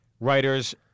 Writers